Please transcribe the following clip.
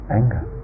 anger